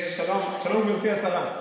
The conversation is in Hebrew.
שלום, גברתי השרה.